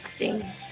texting